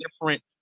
different